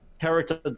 character